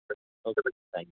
okay అండి thank you